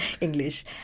English